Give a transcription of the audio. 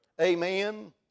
Amen